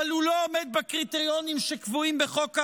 אבל הוא לא עומד בקריטריונים שקבועים בחוק ההדחה.